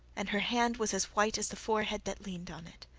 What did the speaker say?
and her hand was as white as the forehead that leaned on it.